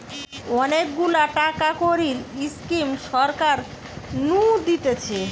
অনেক গুলা টাকা কড়ির স্কিম সরকার নু দিতেছে